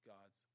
God's